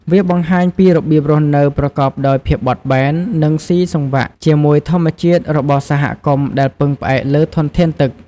វាបង្ហាញពីរបៀបរស់នៅប្រកបដោយភាពបត់បែន និងស៊ីសង្វាក់ជាមួយធម្មជាតិរបស់សហគមន៍ដែលពឹងផ្អែកលើធនធានទឹក។